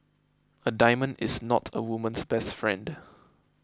a diamond is not a woman's best friend